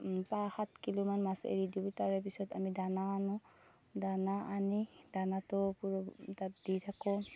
প্ৰায় সাত কিলো মান মাছ এৰি দিওঁ তাৰে পিছত আমি দানা আনো দানা আনি দানাটো তাত দি থাকোঁ